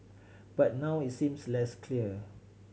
but now it's seems less clear